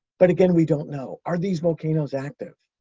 but, again, we don't know. are these volcanoes active?